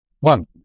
One